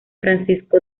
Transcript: francisco